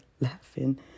laughing